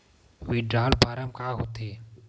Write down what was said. Withdrawal form का होथे?